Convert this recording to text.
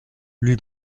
lui